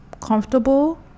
Comfortable